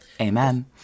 amen